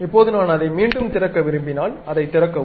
இப்போது நான் அதை மீண்டும் திறக்க விரும்பினால் அதைத் திறக்கவும்